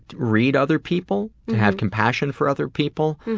read other people, to have compassion for other people,